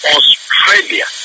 Australia